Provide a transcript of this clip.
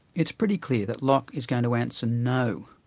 it's pretty clear that locke is going to answer no,